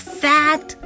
fat